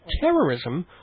Terrorism